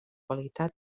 qualitat